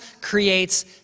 creates